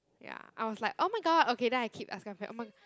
ya I was like oh my god okay then I keep asking oh my